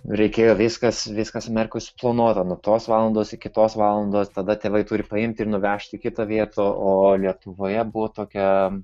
reikėjo viskas viskas merku suplanuota nuo tos valandos iki tos valandos tada tėvai turi paimti ir nuvežti į kitą vietą o lietuvoje buvo tokia